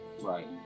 Right